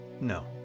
No